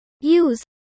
Use